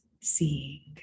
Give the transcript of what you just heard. seeing